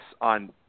on